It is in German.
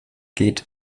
geht